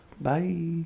Bye